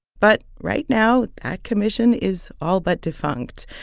but right now that commission is all but defunct.